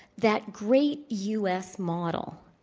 that great u. s. model,